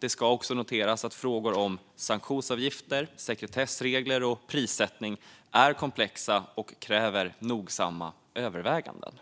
Det ska dock noteras att frågor om sanktionsavgifter, sekretessregler och prissättning är komplexa och kräver nogsamma överväganden.